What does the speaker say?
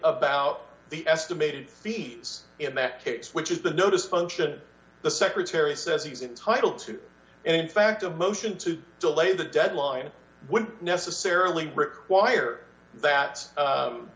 about the estimated thieves in that case which is the notice function the secretary says he's entitled to in fact a motion to delay the deadline would necessarily require that